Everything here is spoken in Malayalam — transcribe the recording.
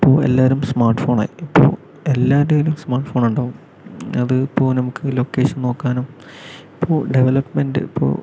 ഇപ്പോൾ എല്ലാരും സ്മാർട്ട് ഫോണായി ഇപ്പോൾ എല്ലാരുടെ കയ്യിലും സ്മാർട്ട് ഫോണുണ്ടാവും അത് ഇപ്പോൾ നമുക്ക് ലൊക്കേഷൻ നോക്കാനും ഇപ്പോൾ ഡെവലപ്പ്മെൻറ് ഇപ്പോൾ